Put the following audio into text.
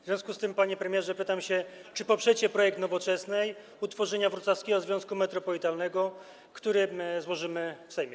W związku z tym, panie premierze, pytam: Czy poprzecie projekt Nowoczesnej utworzenia wrocławskiego związku metropolitalnego, który złożymy w Sejmie?